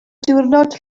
diwrnod